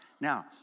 Now